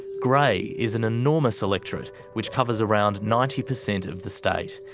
grey is an enormous electorate which covers around ninety percent of the state.